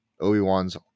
Obi-Wan's